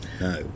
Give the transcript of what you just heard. No